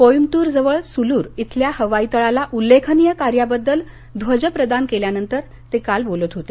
कोईम्बतूर जवळ सुलूर इथल्या हवाई तळाला उल्लेखनीय कार्याबद्दल ध्वज प्रदान केल्यानंतर ते काल बोलत होते